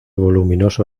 voluminoso